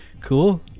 Cool